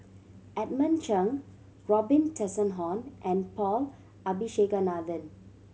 Edmund Cheng Robin Tessensohn and Paul Abisheganaden